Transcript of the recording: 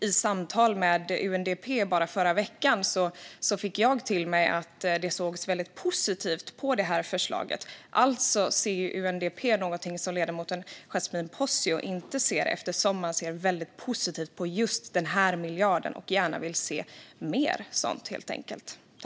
I samtal med UNDP förra veckan fick jag till mig att det ses väldigt positivt på detta förslag. Alltså ser UNDP någonting som ledamoten Yasmine Posio inte ser, eftersom man ser väldigt positivt på just den här miljarden och gärna vill se mer sådant, helt enkelt.